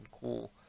cool